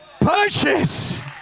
purchase